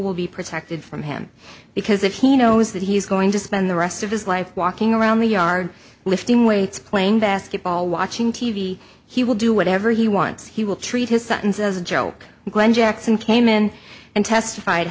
will be protected from him because if he knows that he's going to spend the rest of his life walking around the yard lifting weights playing basketball watching t v he will do whatever he wants he will treat his sentence as a joke when jackson came in and testified